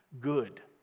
good